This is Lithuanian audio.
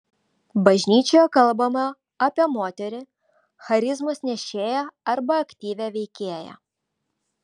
bažnyčioje kalbama apie moterį charizmos nešėją arba aktyvią veikėją